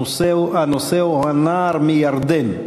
הנושא הוא: תושבות לנער מירדן.